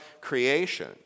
creation